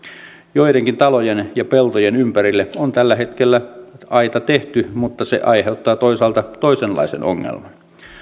joidenkin talojen ja peltojen ympärille on tällä hetkellä aita tehty mutta se aiheuttaa toisaalta toisenlaisen ongelman